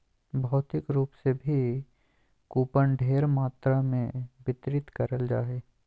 भौतिक रूप से भी कूपन ढेर मात्रा मे वितरित करल जा हय